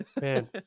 Man